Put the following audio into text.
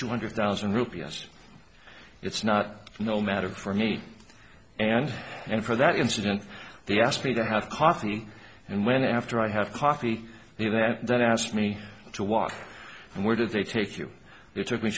two hundred thousand rupee yes it's not no matter for me and and for that incident they asked me to have coffee and went after i have coffee and that then asked me to walk and where did they take you they took me